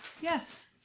Yes